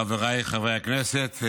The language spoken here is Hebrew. חבריי חברי הכנסת,